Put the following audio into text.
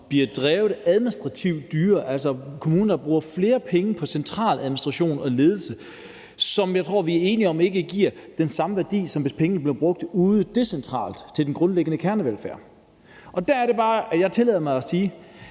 bliver drevet administrativt dyrere, altså kommuner, der bruger flere penge på centraladministration og ledelse, som jeg tror vi er enige om ikke giver den samme værdi, som hvis pengene blev brugt ude decentralt til den grundlæggende kernevelfærd. Og der er det bare, jeg tillader mig at sige,